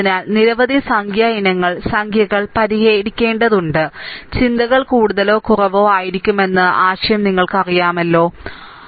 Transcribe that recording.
അതിനാൽ നിരവധി സംഖ്യാ ഇനങ്ങൾ സംഖ്യകൾ പരിഹരിക്കേണ്ടതുണ്ട് ചിന്തകൾ കൂടുതലോ കുറവോ ആയിരിക്കുമെന്ന ആശയം നിങ്ങൾക്കറിയാമല്ലോ ശരിയല്ലേ